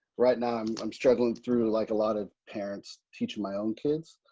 right now um i'm struggling through, like a lot of parents teaching my own kids.